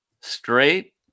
Straight